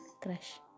Crush